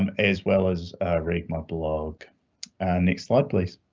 um as well as read my blog and next slide, please.